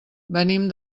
venim